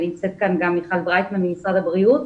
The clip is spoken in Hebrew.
נמצאת כאן גם מיכל ברייטמן ממשרד הבריאות.